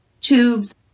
tubes